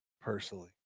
personally